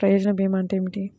ప్రయోజన భీమా అంటే ఏమిటి?